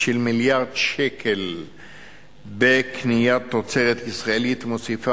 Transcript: של מיליארד שקל בקניית תוצרת ישראלית מוסיפה